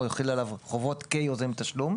או שיחולו עליו חובות כיוזם תשלום.